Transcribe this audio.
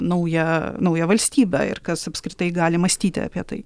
naują naują valstybę ir kas apskritai gali mąstyti apie tai